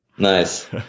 Nice